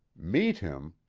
meet him?